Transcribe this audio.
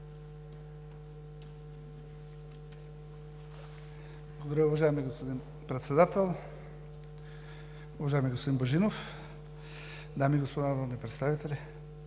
Благодаря, уважаеми господин Председател. Уважаеми господин Божинов, дами и господа народни представители!